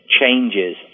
changes